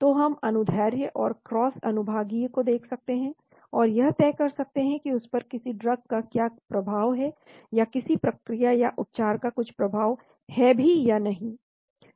तो हम अनुदैर्ध्य और क्रॉस अनुभागीय को देख सकते हैं और यह तय कर सकते हैं कि उस पर किसी ड्रग का क्या प्रभाव है या किसी प्रक्रिया या उपचार का कुछ प्रभाव है या नहीं